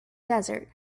desert